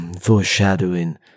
Foreshadowing